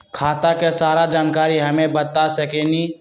खाता के सारा जानकारी हमे बता सकेनी?